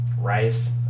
rice